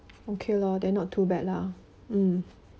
okay lor then not too bad lah mm